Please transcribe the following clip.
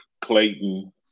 Clayton